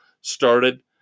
started